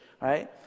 right